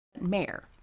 Mayor